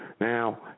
Now